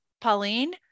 Pauline